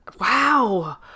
Wow